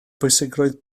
bwysigrwydd